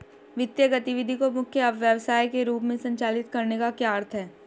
वित्तीय गतिविधि को मुख्य व्यवसाय के रूप में संचालित करने का क्या अर्थ है?